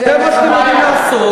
זה מה שאתם יודעים לעשות,